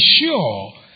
ensure